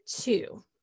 two